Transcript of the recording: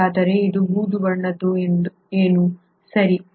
ಹಾಗಾದರೆ ಇದು ಈ ಬೂದು ಬಣ್ಣದು ಏನು ಸರಿ